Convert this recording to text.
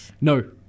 No